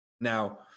Now